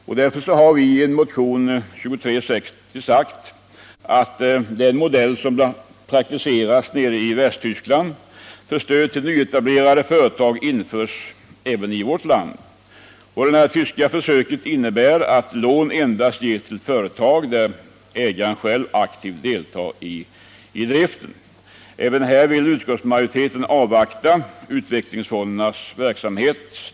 Vi har därför i motionen 2360 förordat att den västtyska modellen för stöd till nyetablerade företag införs även i Sverige. Den tyska modellen innebär att lån endast ges till företag, där ägaren själv aktivt deltar i driften. Även här vill utskottsmajoriteten avvakta utvecklingsfondernas verksamhet.